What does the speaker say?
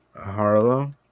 Harlow